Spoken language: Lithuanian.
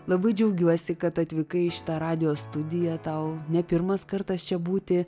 labai džiaugiuosi kad atvykai į šitą radijo studiją tau ne pirmas kartas čia būti